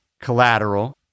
collateral